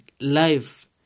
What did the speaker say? life